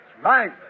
Right